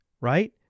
right